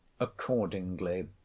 accordingly